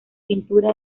pintura